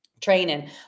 training